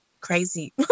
crazy